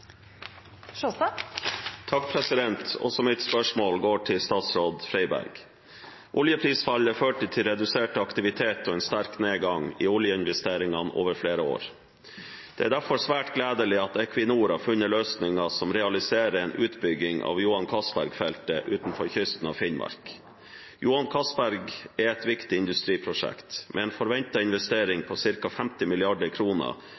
mitt spørsmål går til statsråd Freiberg. Oljeprisfallet førte til redusert aktivitet og en sterk nedgang i oljeinvesteringene over flere år. Det er derfor svært gledelig at Equinor har funnet løsninger som realiserer en utbygging av Johan Castberg-feltet utenfor kysten av Finnmark. Johan Castberg er et viktig industriprosjekt. Med en